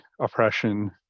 oppression